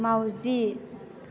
माउजि